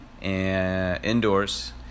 indoors